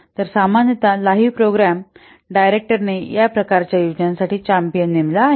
तर सामान्यत live programme डायरेक्टरने या प्रकारच्या योजनांसाठी चॅम्पियन नेमला आहे